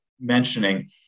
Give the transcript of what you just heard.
mentioning